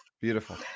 Beautiful